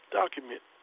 document